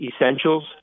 Essentials